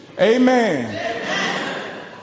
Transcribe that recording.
Amen